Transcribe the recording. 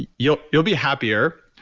you'll you'll be happier,